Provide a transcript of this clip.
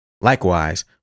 Likewise